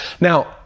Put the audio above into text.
now